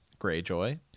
Greyjoy